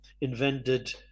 invented